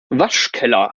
waschkeller